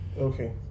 Okay